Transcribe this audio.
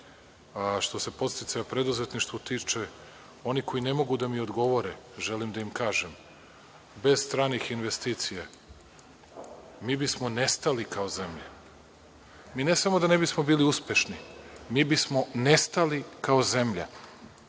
se podsticaja preduzetništvu tiče, oni koji ne mogu da mi odgovore, želim da im kažem – bez stranih investicija mi bismo nestali kao zemlja. Ne samo da ne bismo bili uspešni, mi bismo nestali kao zemlja,